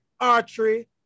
archery